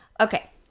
Okay